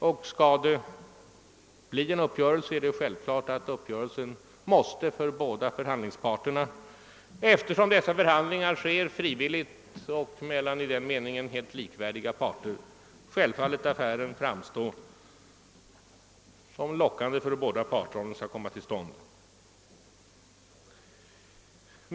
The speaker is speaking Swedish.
Om det skall bli en uppgörelse är det självklart att den måste uppfattas som god av båda förhandlingsparterna, eftersom förhandlingarna sker frivilligt och mellan i denna mening helt likvärdiga parter. Affä ren måste självfallet då framstå som lockande för båda, om den skall komma till stånd.